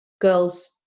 girls